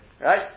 Right